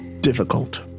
difficult